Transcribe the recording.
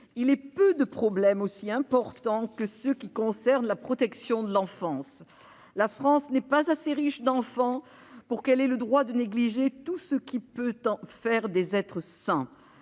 Il est peu de problèmes aussi graves que ceux qui concernent la protection de l'enfance [...]. La France n'est pas assez riche d'enfants pour qu'elle ait le droit de négliger tout ce qui peut en faire des êtres sains.